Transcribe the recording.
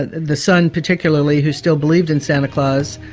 the son particularly who still believed in santa claus,